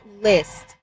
list